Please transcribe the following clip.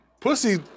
Pussy